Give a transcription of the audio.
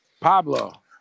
Pablo